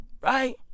Right